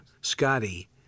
Scotty